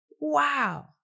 Wow